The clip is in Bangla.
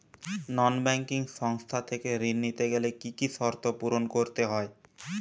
নন ব্যাঙ্কিং সংস্থা থেকে ঋণ নিতে গেলে কি কি শর্ত পূরণ করতে হয়?